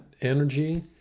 energy